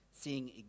seeing